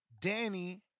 Danny